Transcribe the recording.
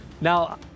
Now